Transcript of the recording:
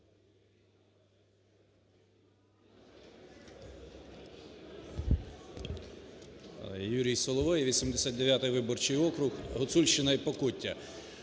Юрій Соловей, 89 виборчий округ, Гуцульщина і Покуття.